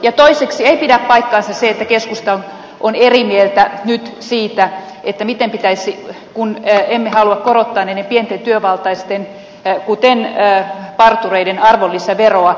ja toiseksi ei pidä paikkaansa se että keskusta on eri mieltä nyt siitä miten pitäisi toimia kun emme halua korottaa pienten työvaltaisten palveluiden kuten partureiden arvonlisäveroa